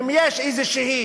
אם יש איזשהו